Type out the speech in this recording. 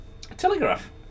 Telegraph